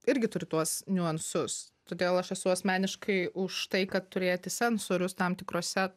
irgi turi tuos niuansus todėl aš esu asmeniškai už tai kad turėti sensorius tam tikruose